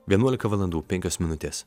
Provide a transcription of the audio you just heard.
vienuolika valandų penkios minutės